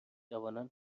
جوانان